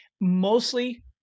mostly